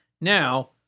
Now